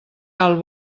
alt